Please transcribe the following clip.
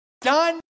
done